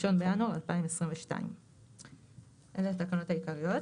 1 בינואר 2022. אלו התקנות העיקריות.